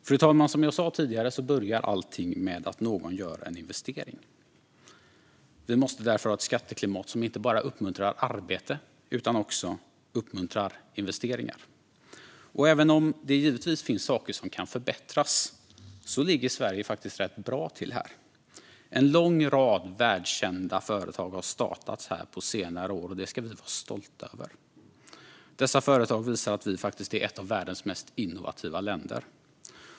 Fru talman! Som jag sa tidigare börjar allting med att någon gör en investering. Vi måste därför ha ett skatteklimat som inte bara uppmuntrar arbete utan också uppmuntrar investeringar. Även om det givetvis finns saker som kan förbättras ligger Sverige faktiskt rätt bra till här. En lång rad världskända företag har startats här på senare år, och det ska vi vara stolta över. Dessa företag visar att vi faktiskt är ett av världens mest innovativa länder.